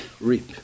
reap